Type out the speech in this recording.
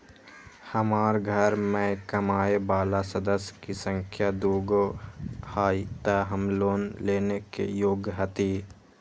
हमार घर मैं कमाए वाला सदस्य की संख्या दुगो हाई त हम लोन लेने में योग्य हती?